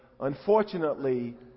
unfortunately